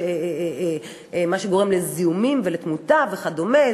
שגורמים לזיהומים ולתמותה וכדומה.